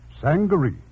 Sangaree